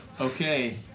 Okay